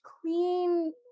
clean